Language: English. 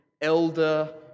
elder